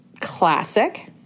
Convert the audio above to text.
Classic